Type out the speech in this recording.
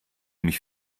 mich